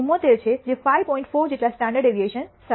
4 જેટલા standard deviation સાથે